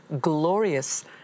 glorious